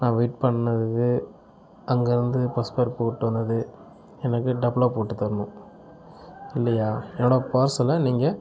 நான் வெயிட் பண்ணதுது அங்கே வந்து பஸ் பேர் போட்டு வந்தது எனக்கு டபுளாக போட்டு தர்ணும் இல்லையா என்னோட பார்சலை நீங்கள்